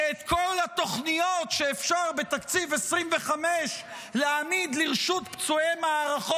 כי את כל התוכניות שאפשר בתקציב 2025 להעמיד לרשות פצועי מערכות